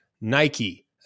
Nike